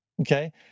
Okay